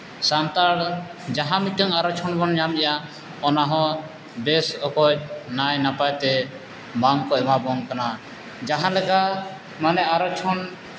ᱥᱟᱱᱛᱟᱲ ᱡᱟᱦᱟᱸ ᱢᱤᱫᱴᱟᱹᱝ ᱟᱨᱚᱪᱷᱚᱱ ᱵᱚᱱ ᱧᱟᱢᱮᱜᱼᱟ ᱚᱱᱟ ᱦᱚᱸ ᱵᱮᱥ ᱚᱠᱚᱡ ᱱᱟᱭ ᱱᱟᱯᱟᱭᱛᱮ ᱵᱟᱝ ᱚ ᱮᱢᱟᱵᱚᱱ ᱠᱟᱱᱟ ᱡᱟᱦᱟᱸ ᱞᱮᱠᱟ ᱢᱟᱱᱮ ᱟᱨᱚᱡᱽ ᱠᱷᱚᱱ